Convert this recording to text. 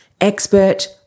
Expert